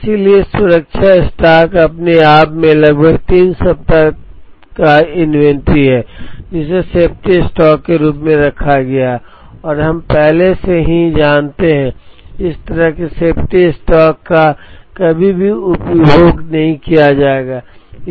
इसलिए सुरक्षा स्टॉक अपने आप में लगभग तीन सप्ताह का इन्वेंट्री है जिसे सेफ्टी स्टॉक के रूप में रखा गया है और हम पहले से ही जानते हैं कि इस तरह के सेफ्टी स्टॉक का कभी भी उपभोग नहीं किया जाएगा